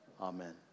Amen